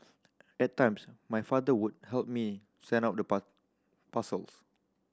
at times my father would help me send out the parcels